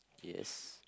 yes